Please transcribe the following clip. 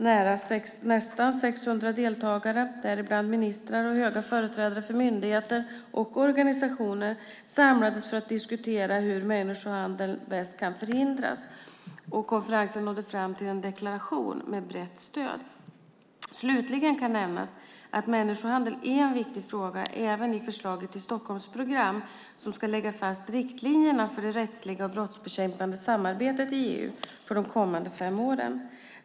Nästan 600 deltagare, däribland ministrar och höga företrädare för myndigheter och organisationer, samlades för att diskutera hur människohandeln bäst kan förhindras. Konferensen nådde fram till en deklaration med brett stöd. Slutligen kan nämnas att människohandel är en viktig fråga även i förslaget till Stockholmsprogrammet som ska lägga fast riktlinjerna för det rättsliga och brottsbekämpande samarbetet inom EU för de kommande fem åren.